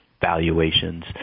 valuations